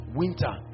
winter